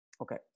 Okay